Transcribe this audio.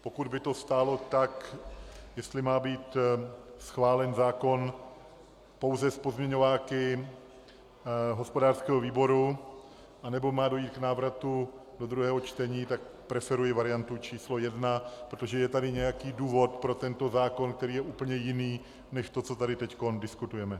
Pokud by to stálo tak, jestli má být schválen zákon pouze s pozměňováky hospodářského výboru, anebo má dojít k návratu do druhého čtení, tak preferuji variantu číslo 1, protože je tady nějaký důvod pro tento zákon, který je úplně jiný než to, co tady teď diskutujeme.